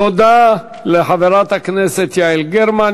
תודה לחברת הכנסת יעל גרמן.